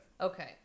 Okay